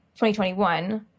2021